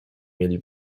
mieli